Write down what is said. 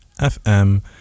FM